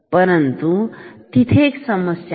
परंतु तिथे एक समस्या आहे